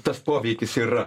tas poveikis yra